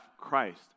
Christ